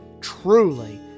truly